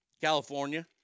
California